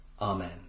Amen